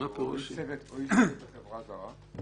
בחברה זרה?